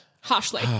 harshly